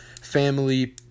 family